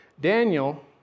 Daniel